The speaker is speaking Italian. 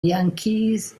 yankees